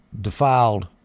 defiled